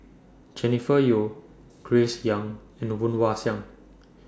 Jennifer Yeo Grace Young and Woon Wah Siang